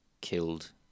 killed